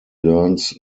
learns